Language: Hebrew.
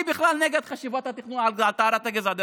אני בכלל נגד חשיבת התכנון על טהרת הגזע.